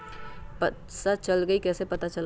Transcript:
पैसा चल गयी कैसे पता चलत?